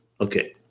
Okay